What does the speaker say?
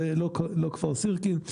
זה לא כפר סירקין,